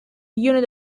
unit